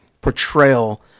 portrayal